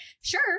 sure